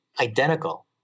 identical